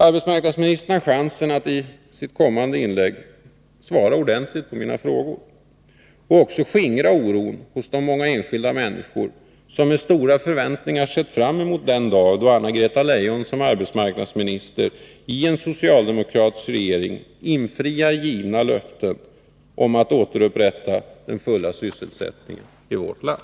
Arbetsmarknadsministern har chansen att i sitt kommande inlägg svara ordentligt på mina frågor och skingra oron hos de många enskilda människor som med stora förväntningar sett fram emot den dag då Anna-Greta Leijon som arbetsmarknadsminister i en socialdemokratisk regering infriar givna löften om att återupprätta den fulla sysselsättningen i vårt land.